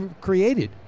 created